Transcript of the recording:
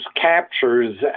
captures